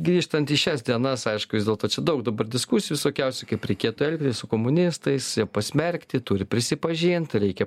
grįžtant į šias dienas aišku vis dėlto čia daug dabar diskusijų visokiausių kaip reikėtų elgtis su komunistais jie pasmerkti turi prisipažint reikia